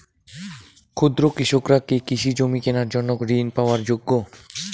ক্ষুদ্র কৃষকরা কি কৃষিজমি কিনার জন্য ঋণ পাওয়ার যোগ্য?